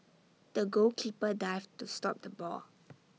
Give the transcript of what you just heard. the goalkeeper dived to stop the ball